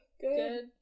good